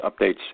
updates